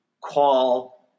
call